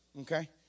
Okay